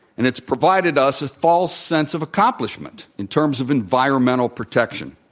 and it's provided us a false sense of accomplishment, in terms of environmental protection.